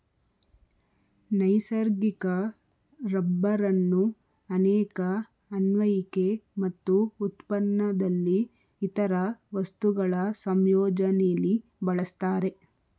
ನೈಸರ್ಗಿಕ ರಬ್ಬರನ್ನು ಅನೇಕ ಅನ್ವಯಿಕೆ ಮತ್ತು ಉತ್ಪನ್ನದಲ್ಲಿ ಇತರ ವಸ್ತುಗಳ ಸಂಯೋಜನೆಲಿ ಬಳಸ್ತಾರೆ